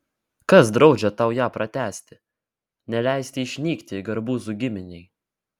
kas draudžia tau ją pratęsti neleisti išnykti garbuzų giminei